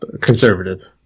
conservative